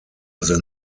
than